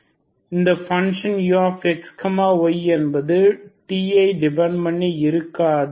ஆகவே இந்த பங்க்ஷன் uxyஎன்பது t ஐ டிபன்ட் பண்ணி இருக்காது